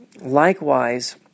likewise